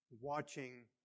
watching